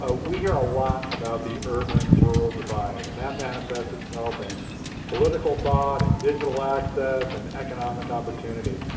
ah we hear a lot about the urban-rural divide, and that manifests itself in political thought and digital access and economic opportunity.